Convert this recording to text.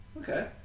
Okay